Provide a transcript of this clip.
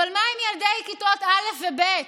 אבל מה עם ילדי כיתות א' וב'?